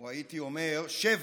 או הייתי אומר שבר,